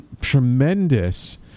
tremendous